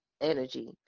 energy